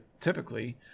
Typically